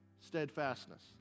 steadfastness